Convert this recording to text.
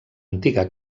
antiga